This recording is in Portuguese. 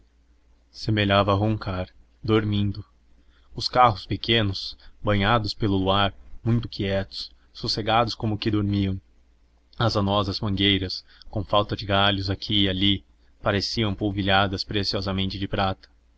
semelhava roncar dormindo os carros pequenos banhados pelo luar muito quietos sossegados como que dormiam as anosas mangueiras com falta de galhos aqui e ali pareciam polvilhadas preciosamente de prata